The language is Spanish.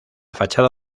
fachada